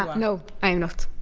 no i am not.